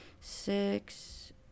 six